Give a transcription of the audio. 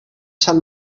sant